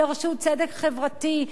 דרשו צדק חברתי.